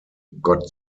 got